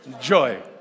joy